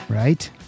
Right